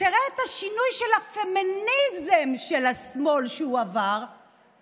תראה את השינוי שעבר הפמיניזם של השמאל, שינוי